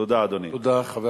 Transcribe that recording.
תודה, אדוני.